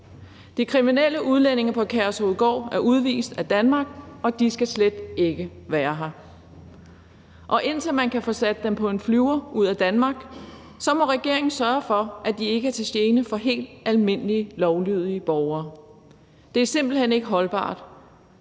De kriminelle udlændinge på Kærshovedgård er udvist af Danmark, og de skal slet ikke være her. Indtil man kan få sat dem på en flyver ud af Danmark, må regeringen sørge for, at de ikke er til gene for helt almindelige, lovlydige borgere. Det er simpelt hen ikke holdbart,